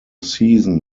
season